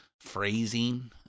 phrasing